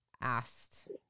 asked